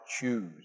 choose